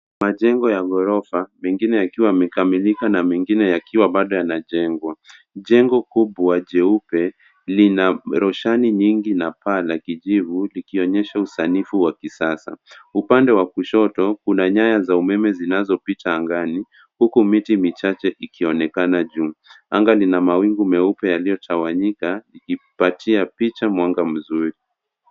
Majengo ya ghorofa mengine yakiwa yamekamilika na mengine yakiwa bado yanajengwa. Jengo kubwa jeupe lina roshani nyingi na paa la kijivu likionyesha usanifu wa kisasa. Upande wa kushoto kuna nyaya za umeme zinazopita angani huku miti michache ikionekana juu. Anga lina mawingu meupe yaliyotawanyika likipatia picha mwanga mzuri.